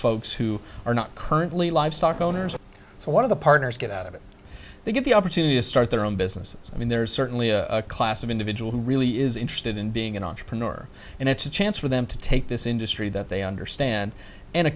folks who are not currently livestock owners so one of the partners get out of it they get the opportunity to start their own businesses i mean there is certainly a class of individual who really is interested in being an entrepreneur and it's a chance for them to take this industry that they understand and a